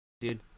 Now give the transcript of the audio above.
dude